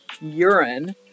Urine